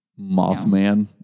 Mothman